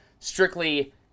strictly